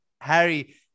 Harry